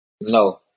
no